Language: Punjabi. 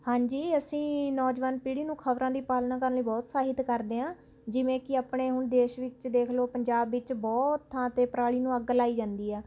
ਹਾਂਜੀ ਅਸੀਂ ਨੌਜਵਾਨ ਪੀੜੀ ਨੂੰ ਖ਼ਬਰਾਂ ਦੀ ਪਾਲਣਾ ਕਰਨ ਲਈ ਬਹੁਤ ਉਤਸਾਹਿਤ ਕਰਦੇ ਹਾਂ ਜਿਵੇਂ ਕਿ ਆਪਣੇ ਹੁਣ ਦੇਸ਼ ਵਿੱਚ ਦੇਖ ਲਉ ਪੰਜਾਬ ਵਿੱਚ ਬਹੁਤ ਥਾਂ 'ਤੇ ਪਰਾਲੀ ਨੂੰ ਅੱਗ ਲਗਾਈ ਜਾਂਦੀ ਆ